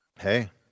Hey